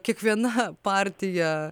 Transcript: kiekviena partija